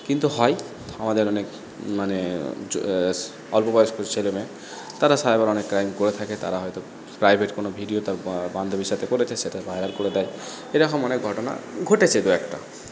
কিন্তু হয় আমাদের অনেক মানে অল্প বয়স্ক ছেলেমেয়ে তারা সাইবার অনেক ক্রাইম করে থাকে তারা হয়তো প্রাইভেট কোনও ভিডিও তার বান্ধবীর সাথে করেছে সেটা ভাইরাল করে দেয় এরকম অনেক ঘটনা ঘটেছে দুই একটা